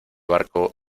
barco